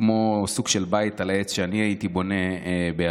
כמו סוג של בית על עץ שאני הייתי בונה בילדותי.